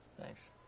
Thanks